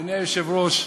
אדוני היושב-ראש,